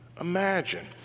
Imagine